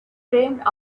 dreamed